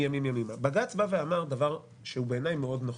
בג"ץ בא ואמר דבר שהוא בעיניי מאוד נכון.